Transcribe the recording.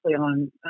on